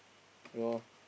okay lor